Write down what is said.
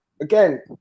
again